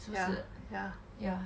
yeah yeah yeah